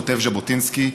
כתב ז'בוטינסקי,